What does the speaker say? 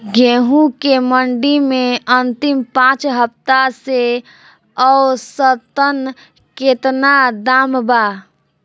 गेंहू के मंडी मे अंतिम पाँच हफ्ता से औसतन केतना दाम बा?